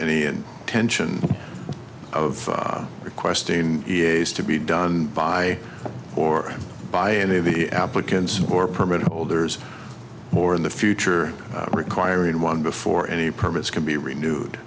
any and tension of requesting to be done by or by any of the applicants or permit holders or in the future requiring one before any permits can be renewed